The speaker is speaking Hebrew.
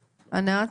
ענת.